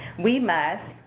we must